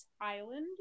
island